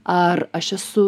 ar aš esu